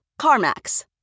CarMax